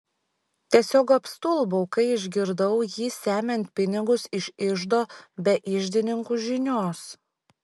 tiesiog apstulbau kai išgirdau jį semiant pinigus iš iždo be iždininkų žinios